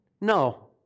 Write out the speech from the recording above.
no